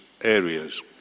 areas